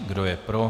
Kdo je pro?